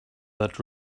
that